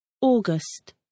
August